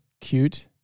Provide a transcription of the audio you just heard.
cute